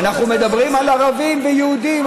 אנחנו מדברים על ערבים ויהודים,